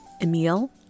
Emil